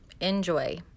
Enjoy